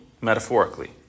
metaphorically